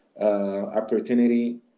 opportunity